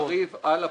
לריב על הפירורים.